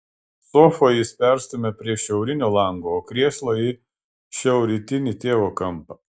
sofą jis perstumia prie šiaurinio lango o krėslą į šiaurrytinį tėvo kampą